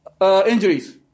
injuries